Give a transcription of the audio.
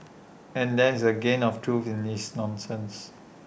and there is A grain of truth in this nonsense